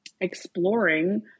exploring